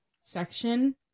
section